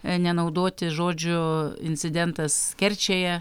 nenaudoti žodžio incidentas kerčėje